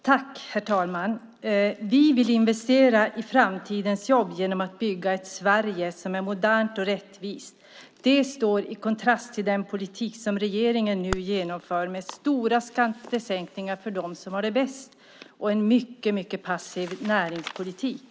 Herr talman! Vi vill investera i framtidens jobb genom att bygga ett Sverige som är modernt och rättvist. Det står i kontrast till den politik som regeringen nu genomför med stora skattesänkningar för dem som har det bäst och en mycket passiv näringspolitik.